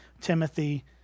Timothy